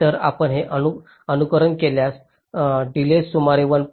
तर आपण हे अनुकरण केल्यास डीलेय सुमारे 1